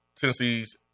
Tennessee's